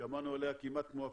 שמענו עליה כמעט כמו הקורונה.